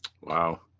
Wow